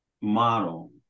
model